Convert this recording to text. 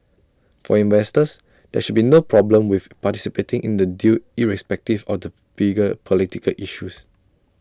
for investors there should be no problem with participating in the deal irrespective of the bigger political issues